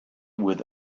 with